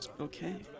Okay